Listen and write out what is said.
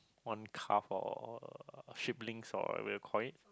one calf or sheeplings or what you call it